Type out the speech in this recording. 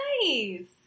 nice